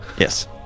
Yes